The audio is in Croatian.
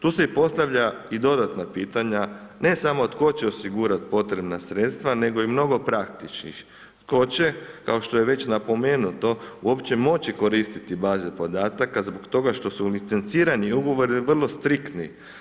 Tu se i postavlja i dodatna pitanja ne samo tko će osigurati potrebna sredstva nego i mnogo praktičnih, tko će kao što je već napomenuto uopće moći koristiti baze podataka zbog toga što su licencirani ugovori vrlo striktni.